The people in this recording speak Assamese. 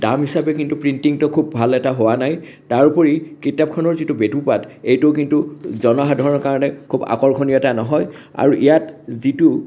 দাম হিচাপে কিন্তু প্ৰিণ্টিংটো খুব ভাল এটা হোৱা নাই তাৰ উপৰি কিতাপখনৰ যিটো বেটুপাত এইটো কিন্তু জনসাধাৰণৰ কাৰণে খুব আকৰ্ষণীয় এটা নহয় আৰু ইয়াত যিটো